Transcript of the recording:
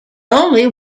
only